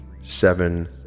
seven